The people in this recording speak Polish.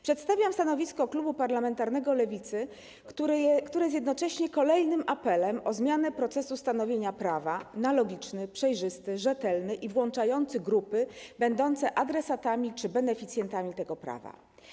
Przedstawiam stanowisko klubu parlamentarnego Lewicy, które jest jednocześnie kolejnym apelem o zmianę procesu stanowienia prawa na logiczny, przejrzysty, rzetelny i włączający grupy będące adresatami czy beneficjentami tego prawa.